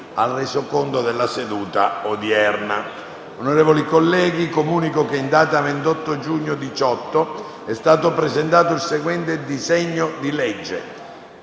disegno di legge